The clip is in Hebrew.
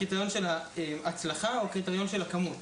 הקריטריון של ההצלחה או הקריטריון של הכמות?